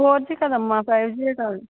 four G కాదమ్మా five G కావాలి